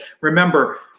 Remember